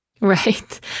Right